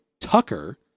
Tucker